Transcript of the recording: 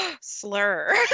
slur